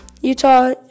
Utah